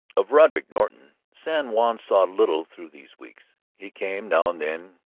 of roderick norton san juan saw little through these weeks. he came now and then,